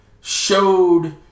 showed